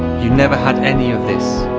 you never had any of this,